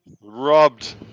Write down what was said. Robbed